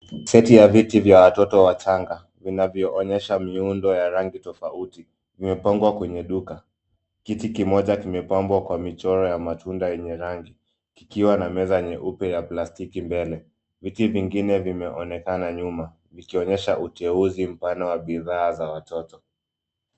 Seti ya viti vya watoto wachanga vinavyoonyesha miundo ya rangi tofauti. Vimepangwa kwenye duka. Kiti kimoja kimepambwa kwa michoro ya matunda yenye rangi ikiwa na meza nyeupe ya plastiki mbele. Viti vingine vimeonekana nyuma vikionyesha uteuzi mpana wa bidhaa za watoto.